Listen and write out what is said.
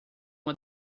uma